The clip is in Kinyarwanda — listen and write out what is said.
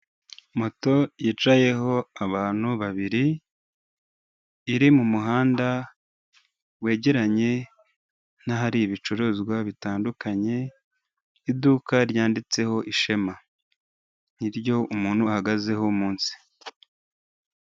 Moto yicayeho abantu babiri, iri mu muhanda wegeranye n'ahari ibicuruzwa bitandukanye, iduka ryanditseho Ishema ni ryo umuntu ahagazeho munsi.